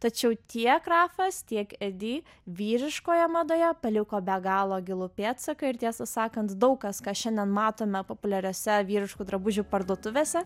tačiau tiek rafas tiek edi vyriškoje madoje paliko be galo gilų pėdsaką ir tiesą sakant daug kas ką šiandien matome populiariuose vyriškų drabužių parduotuvėse